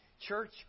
Church